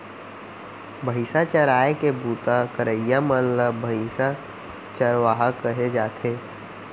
भईंसा चराए के बूता करइया मन ल भईंसा चरवार कहे जाथे